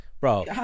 Bro